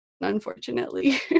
unfortunately